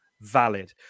valid